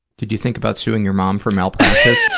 did you think about suing your mom for malpractice?